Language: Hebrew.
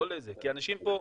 אנשים פה,